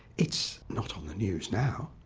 it's not on the news now.